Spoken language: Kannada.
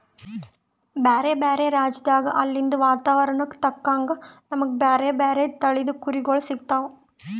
ಬ್ಯಾರೆ ಬ್ಯಾರೆ ರಾಜ್ಯದಾಗ್ ಅಲ್ಲಿಂದ್ ವಾತಾವರಣಕ್ಕ್ ತಕ್ಕಂಗ್ ನಮ್ಗ್ ಬ್ಯಾರೆ ಬ್ಯಾರೆ ತಳಿದ್ ಕುರಿಗೊಳ್ ಸಿಗ್ತಾವ್